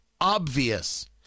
obvious